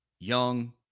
Young